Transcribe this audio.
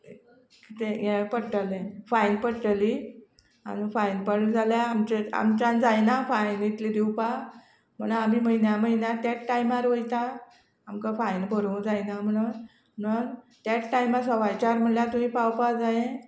तें हें पडटले फायन पडटली आनी फायन पड जाल्या आमचे आमच्यान जायना फायन इतले दिवपाक म्हण आमी म्हयन्या म्हयन्या त्यात टायमार वयता आमकां फायन भरूंक जायना म्हणोन म्हणोन त्यात टायमार सवाय चार म्हणल्यार तुयें पावपा जाय